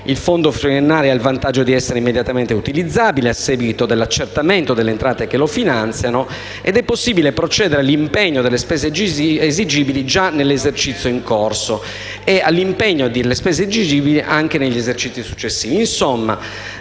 Il fondo triennale ha il vantaggio di essere immediatamente utilizzabile a seguito dell'accertamento delle entrate che lo finanziano ed è possibile procedere all'impegno delle spese esigibili già nell'esercizio in corso e anche negli esercizi successivi.